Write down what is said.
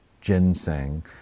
ginseng